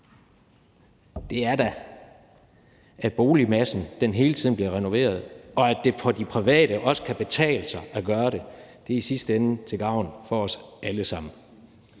er da, at boligmassen hele tiden bliver renoveret, og at det for de private også kan betale sig at gøre det. Det er i sidste ende til gavn for os alle sammen.